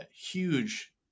huge